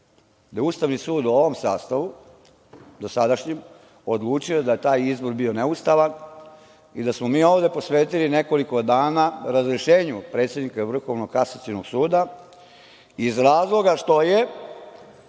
da je Ustavni sud u ovom sastavu dosadašnjem odlučio da je taj izbor bio neustavan i da smo mi ovde posvetili nekoliko dana razrešenju predsednika Vrhovnog kasacionog suda iz razloga što je